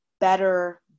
better